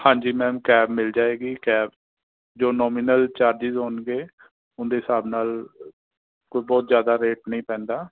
ਹਾਂਜੀ ma'am cab ਮਿਲ ਜਾਏਗੀ ਕੈਬ ਜੋ ਨੋਮੀਨਲ ਚਾਰਜਿਜ ਹੋਣਗੇ ਉਹਦੇ ਹਿਸਾਬ ਨਾਲ ਕੋਈ ਬਹੁਤ ਜ਼ਿਆਦਾ ਰੇਟ ਨਹੀਂ ਪੈਂਦਾ